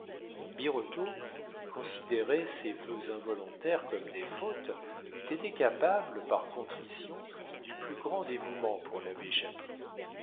birotteau qui considérait ses vœux involontaires comme des fautes eût été capable par contrition du plus grand dévouement pour